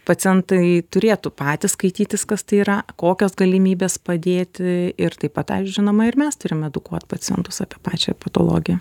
pacientai turėtų patys skaitytis kas tai yra kokios galimybės padėti ir taip pat ai žinoma ir mes turim edukuot pacientus pačią patologiją